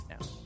now